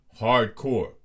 hardcore